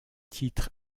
titre